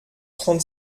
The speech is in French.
trente